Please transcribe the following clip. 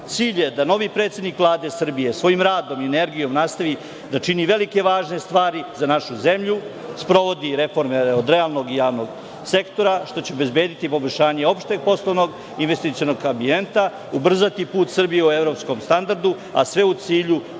Cilj je da novi predsednik Vlade Srbije svojim radom i energijom nastavi da čini velike i važne stvari za našu zemlju, sprovodi reforme od realnog i javnog sektora, što će obezbediti poboljšanje opšteg poslovnog investicionog ambijenta, ubrzati put Srbije evropskom standardu, a sve u cilju bolje